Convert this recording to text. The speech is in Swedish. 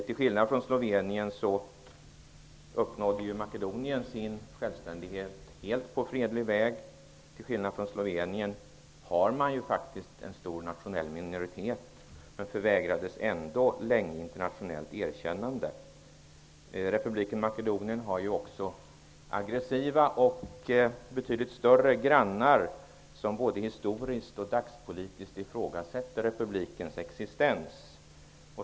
Till skillnad från Slovenien uppnådde Makedonien sin självständighet helt på fredlig väg. Till skillnad från Slovenien har man vidare faktiskt en stor nationell minoritet, men förvägrades ändå länge internationellt erkännande. Republiken Makedonien har ju också aggressiva och betydligt större grannar, som både historiskt och dagspolitiskt ifrågasätter republikens existens.